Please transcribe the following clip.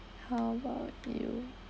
how about you